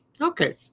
Okay